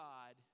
God